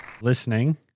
listening